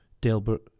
Delbert